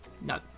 No